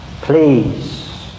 Please